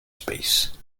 space